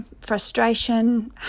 frustration